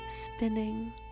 spinning